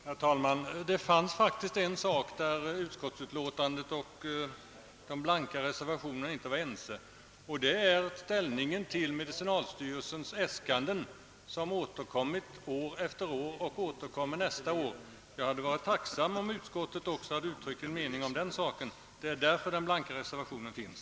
Herr talman! Det finns faktiskt en punkt på vilken utskottsutlåtandet och den blanka reservationen inte överensstämmer, nämligen beträffande inställningen till medicinalstyrelsens äskanden, som återkommit år efter år och som också kommer tillbaka nästa år. Jag hade varit tacksam om utskottet uttryckt en mening även om den saken. Det är därför den blanka reservationen finns.